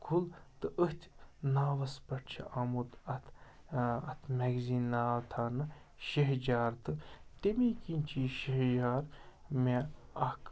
کھُل تہٕ أتھۍ ناوَس پٮ۪ٹھ چھُ آمُت اَتھ اَتھ میگزیٖن ناو تھاونہٕ شہجار تہٕ تیٚمی کِنۍ چھِ یہِ شہجار مےٚ اَکھ